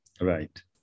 Right